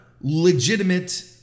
legitimate